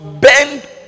bend